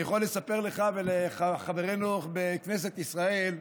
אני יכול לספר לך, ולחברינו בכנסת ישראל,